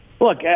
Look